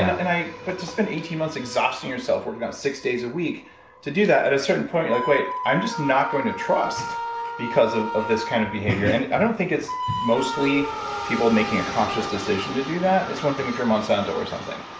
and but to spend eighteen months exhausting yourself, working out six days a week to do that, at a certain point you're like, wait, i'm just not going to trust because of of this kind of behavior. and i don't think it's mostly people making a conscious decision to do that. it's one thing if you're monsanto or something,